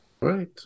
Right